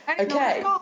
Okay